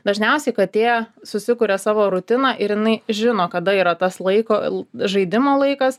dažniausiai katė susikuria savo rutiną ir jinai žino kada yra tas laiko el žaidimo laikas